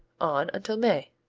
on until may.